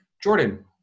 Jordan-